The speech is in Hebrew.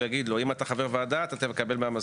הוא יגיד לו: אם אתה חבר ועדה אתה צריך לקבל מהמזכיר.